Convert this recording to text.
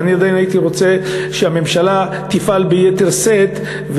ואני עדיין הייתי רוצה שהממשלה תפעל ביתר שאת,